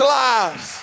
lives